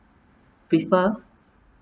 prefer